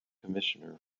commissioner